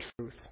truth